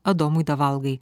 adomui davalgai